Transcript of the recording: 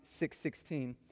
6.16